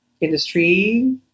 industry